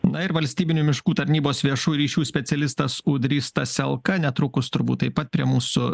na ir valstybinių miškų tarnybos viešųjų ryšių specialistas ūdrys staselka netrukus turbūt taip pat prie mūsų